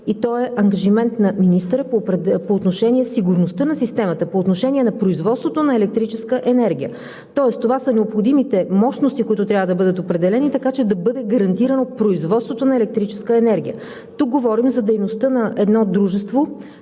и той е ангажимент на министъра по отношение сигурността на системата, по отношение на производството на електрическа енергия. Тоест това са необходимите мощности, които трябва да бъдат определени, така че да бъде гарантирано производството на електрическа енергия. Тук говорим за дейността на едно частно